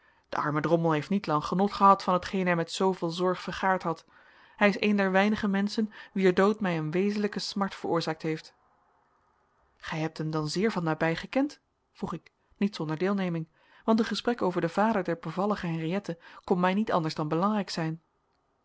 de arme drommel heeft niet lang genot gehad van hetgeen hij met zooveel zorg vergaard had hij is een der weinige menschen wier dood mij een wezenlijke smart veroorzaakt heeft gij hebt hem dan zeer van nabij gekend vroeg ik niet zonder deelneming want een gesprek over den vader der bevallige henriëtte kon mij niet anders dan belangrijk zijn